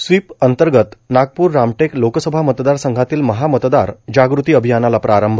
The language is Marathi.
स्वीप अंतगत नागपूर रामटेक लोकसभा मतदार संघातील महामतदार जागृती अभियानाला प्रारंभ